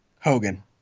Hogan